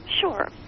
Sure